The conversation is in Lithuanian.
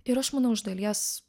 ir aš manau iš dalies